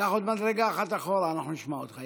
קח עוד מדרגה אחת אחורה, אנחנו נשמע אותך.